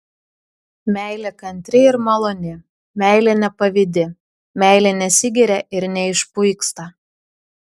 meilė kantri ir maloni meilė nepavydi meilė nesigiria ir neišpuiksta